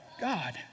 God